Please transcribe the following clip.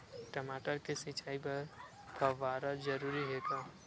टमाटर के सिंचाई बर फव्वारा जरूरी हे का?